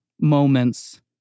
moments